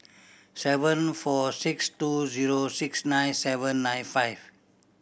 seven four six two zero six nine seven nine five